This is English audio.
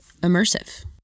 Immersive